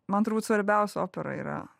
man turbūt svarbiausia opera yra